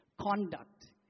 Conduct